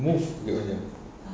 moved bukit panjang